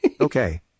Okay